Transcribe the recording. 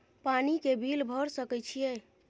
पानी के बिल भर सके छियै?